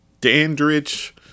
Dandridge